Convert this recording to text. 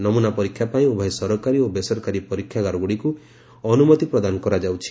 ନମୁନା ପରୀକ୍ଷା ପାଇଁ ଉଭୟ ସରକାରୀ ଓ ବେସରକାରୀ ପରୀକ୍ଷାଗାରଗୁଡ଼ିକୁ ଅନୁମତି ପ୍ରଦାନ କରାଯାଉଛି